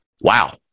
wow